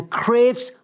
craves